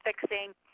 fixing